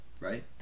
Right